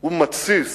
הוא מתסיס